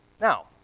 Now